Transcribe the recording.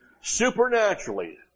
supernaturally